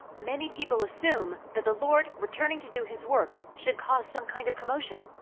many people assume that the lord returning to do his work should cause some kind of commotion.